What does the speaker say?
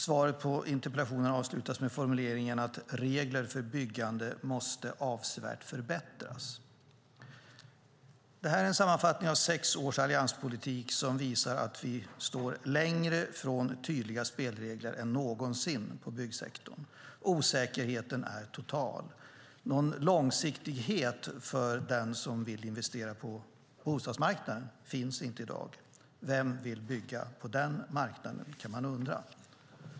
Svaret på interpellationen avslutas med formuleringen att reglerna för byggandet måste avsevärt förbättras. Det är en sammanfattning av sex års allianspolitik och visar att vi står längre från tydliga spelregler för byggsektorn än någonsin. Osäkerheten är total. Någon långsiktighet för den som vill investera på bostadsmarknaden finns inte i dag. Vem vill bygga på den marknaden, kan man undra.